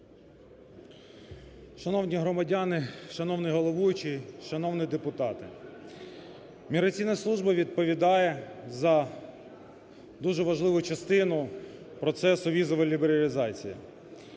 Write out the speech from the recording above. Шановні громадяни, шановний головуючий, шановні депутати! Міграційна служба відповідає за дуже важливу частину процесу візової лібералізації.